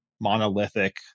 monolithic